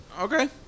Okay